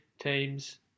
teams